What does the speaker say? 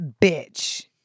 bitch